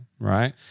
Right